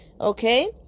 Okay